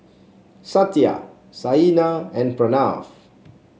Satya Saina and Pranav